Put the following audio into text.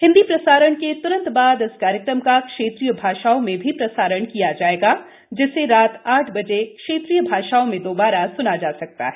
हिन्दी प्रसारण के त्रंत बाद इस कार्यक्रम का क्षेत्रीय भाषाओं में भी प्रसारण किया जाएगा जिसे रात आठ बजे क्षेत्रीय भाषाओं में दोबारा स्ना जा सकता है